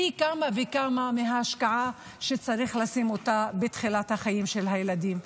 פי כמה וכמה מההשקעה שצריך לשים בתחילת החיים של הילדים.